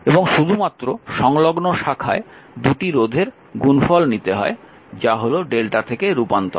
এবং শুধুমাত্র সংলগ্ন শাখায় 2টি রোধের গুণফল নিতে হয় যা হল lrmΔ থেকে lrmরূপান্তর